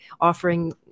offering